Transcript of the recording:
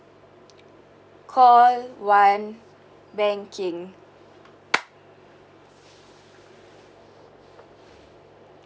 call one banking